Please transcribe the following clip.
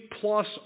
plus